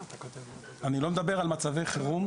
אני לא מדבר על מצבי חירום,